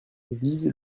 vise